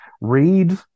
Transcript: read